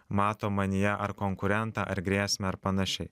mato manyje ar konkurentą ar grėsmę ar panašiai